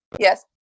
Yes